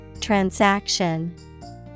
Transaction